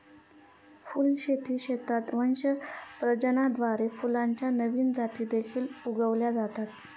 फुलशेती क्षेत्रात वंश प्रजननाद्वारे फुलांच्या नवीन जाती देखील उगवल्या जातात